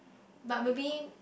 but maybe